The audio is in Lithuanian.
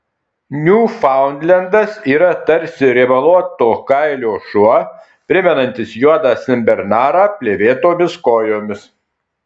niūfaundlendas yra tarsi riebaluoto kailio šuo primenantis juodą senbernarą plėvėtomis kojomis